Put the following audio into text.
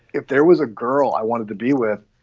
if there was a girl i wanted to be with.